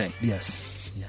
Yes